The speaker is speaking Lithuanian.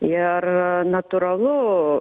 ir natūralu